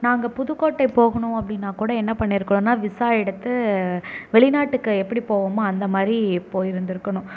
நாங்கள் புதுக்கோட்டை போகணும் அப்படின்னா கூட என்ன பண்ணிருக்கனும்னா விசா எடுத்து வெளிநாட்டுக்கு எப்படி போவோமோ அந்தமாதிரி போயிருந்திருக்கணும்